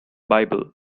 bible